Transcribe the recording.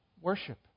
Worship